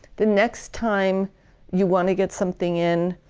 the next time you want to get something in,